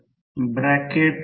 5 आहे हे अंतर प्रत्यक्षात 0